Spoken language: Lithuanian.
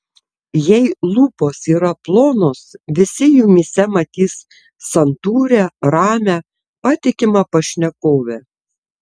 jei lūpos yra plonos visi jumyse matys santūrią ramią patikimą pašnekovę